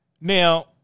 Now